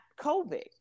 COVID